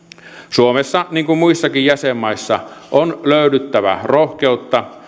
suomessa niin kuin muissakin jäsenmaissa on löydyttävä rohkeutta